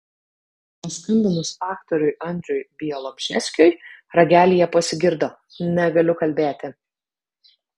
paskambinus aktoriui andriui bialobžeskiui ragelyje pasigirdo negaliu kalbėti